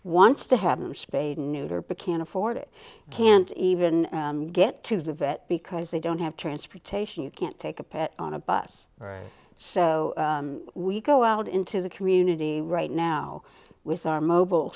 wants to have them spayed and neutered but can't afford it can't even get to the vet because they don't have transportation you can't take a pet on a bus or so we go out into the community right now with our mobile